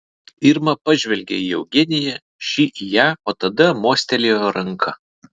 irma pažvelgė į eugeniją ši į ją o tada mostelėjo ranka